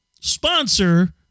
sponsor